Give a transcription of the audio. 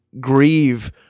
grieve